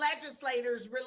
legislators